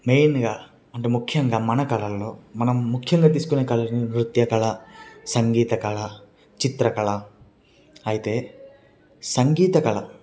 మెయిన్గా అంటే ముఖ్యంగా మన కళలో మనం ముఖ్యంగా తీసుకునే కళలో నృత్యకళ సంగీతకళ చిత్రకళ అయితే సంగీతకళ